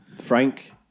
Frank